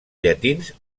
llatins